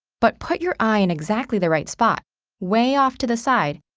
but put your eye in exactly the right spot way off to the side,